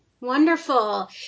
Wonderful